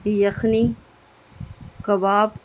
یخنی کباب